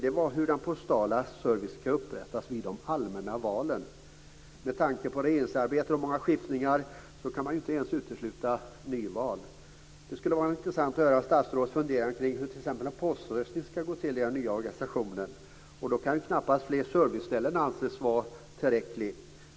Det var hur den postala servicen ska upprätthållas vid de allmänna valen. Med tanke på regeringsarbetets många skiftningar kan man inte ens utesluta nyval. Det skulle vara intressant att höra statsrådets funderingar omkring hur t.ex. poströstning ska gå till i den nya organisationen. Då kan knappast fler serviceställen anses vara tillräckligt.